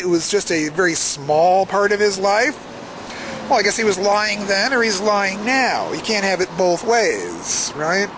it was just a very small part of his life so i guess he was lying then or he's lying now we can't have it both ways right